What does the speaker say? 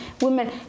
women